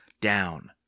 Down